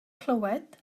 clywed